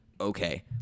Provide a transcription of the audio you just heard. okay